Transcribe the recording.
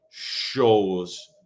shows